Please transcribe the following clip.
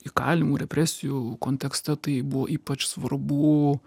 įkalinimų represijų kontekste tai buvo ypač svarbu